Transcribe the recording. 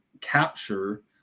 capture